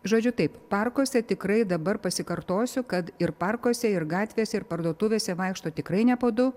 žodžiu taip parkuose tikrai dabar pasikartosiu kad ir parkuose ir gatvėse ir parduotuvėse vaikšto tikrai ne po du